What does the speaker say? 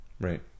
Right